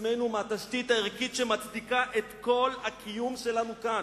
עצמנו מהתשתית הערכית שמצדיקה את כל הקיום שלנו כאן,